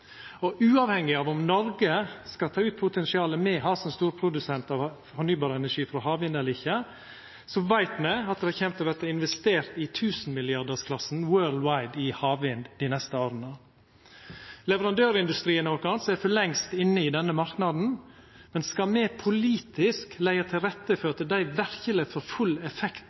me. Uavhengig av om Noreg skal ta ut potensialet me har som storprodusent av fornybar energi frå havvind, eller ikkje, veit me at det kjem til å verta investert i tusenmilliardarsklassen worldwide i havvind dei neste åra. Leverandørindustrien vår er vel kanskje for lengst inne i denne marknaden, men skal me politisk leggja til rette for at dei verkeleg får full effekt